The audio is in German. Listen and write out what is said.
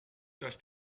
dass